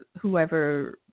whoever